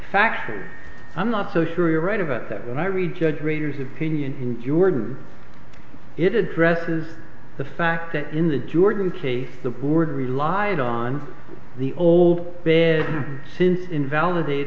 faction i'm not so sure you're right about that when i read judge raiders opinion in jordan it addresses the fact that in the jordan case the board relied on the old bed since invalidate